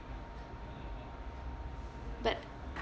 but